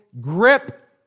grip